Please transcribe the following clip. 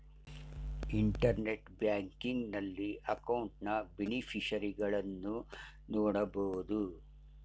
internet banking ನಲ್ಲಿ ಅಕೌಂಟ್ನ ಬೇನಿಫಿಷರಿಗಳನ್ನು ನೋಡಬೋದು